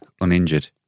uninjured